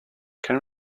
can